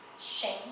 Shame